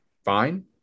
fine